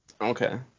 Okay